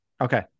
Okay